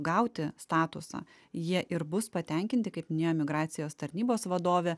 gauti statusą jie ir bus patenkinti kaip minėjo migracijos tarnybos vadovė